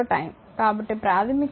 కాబట్టి ప్రాథమికంగా current dqdt